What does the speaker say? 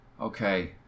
Okay